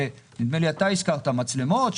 נדמה לי שאתה הזכרת את המצלמות.